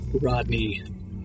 Rodney